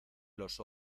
los